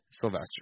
Sylvester